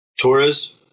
Torres